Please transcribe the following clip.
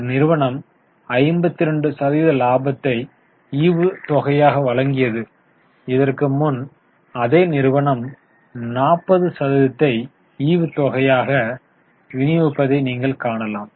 ஒரு நிறுவனம் 52 சதவீத லாபத்தை ஈவுத்தொகையாக வழங்கியது இதற்கு முன் அதே நிறுவனம் 40 சதவீதத்தை ஈவுத்தொகையாக விநியோகிப்பதை நீங்கள் காணலாம்